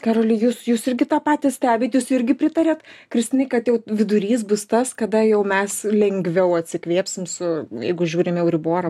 karoli jūs jūs irgi tą patį stebit jūs irgi pritariat kristinai kad jau vidurys bus tas kada jau mes lengviau atsikvėpsim su jeigu žiūrim į euriborą